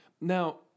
Now